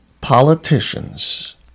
politicians